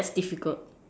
that's difficult